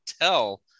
tell